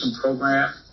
Program